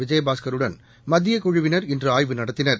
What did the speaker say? விஜயபாஸ்கருடன் மத்தியக்குழுவினர் இன்றுஆய்வு நடத்தினர்